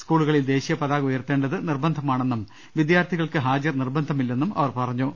സ്കൂളുകളിൽ ദേശീയപ താക ഉയർത്തേണ്ടത് നിർബന്ധമാണെന്നും വിദ്യാർത്ഥികൾക്ക് ഹാജർ നിർബന്ധമില്ലെന്നും അവർ പറഞ്ഞു